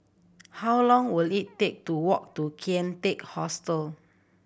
how long will it take to walk to Kian Teck Hostel